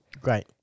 Great